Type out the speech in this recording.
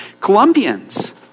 Colombians